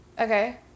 Okay